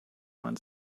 man